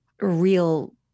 real